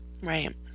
right